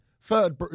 Third